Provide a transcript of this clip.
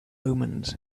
omens